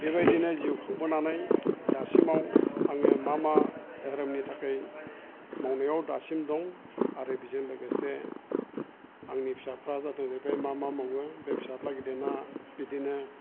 बेबायदिनो जिउ खांबोनानै दासिमाव आङो मा मा धोरोमनि थाखाय मावनायाव दासिम दं आरो बिजों लोगोसे आंनि फिसाफ्रा जाहाथे बे मा मा मावो बे फिसाला गेदेरना बिदिनो